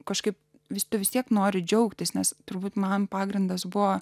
kažkaip visi vis tiek nori džiaugtis nes turbūt man pagrindas buvo